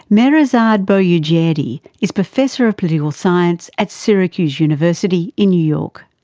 mehrzad boroujerdi is professor of political science at syracuse university in new york.